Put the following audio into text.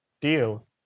deal